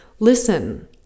Listen